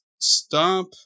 stop